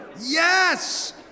Yes